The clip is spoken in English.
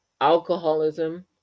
alcoholism